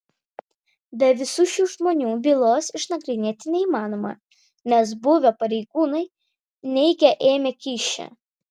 be visų šių žmonių bylos išnagrinėti neįmanoma nes buvę pareigūnai neigia ėmę kyšį